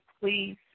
please